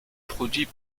produit